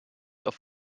auf